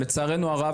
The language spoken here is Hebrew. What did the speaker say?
לצערנו הרב,